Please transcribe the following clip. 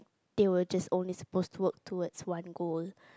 they were just only supposed to work towards one goal